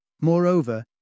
Moreover